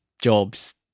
jobs